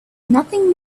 nothing